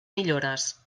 millores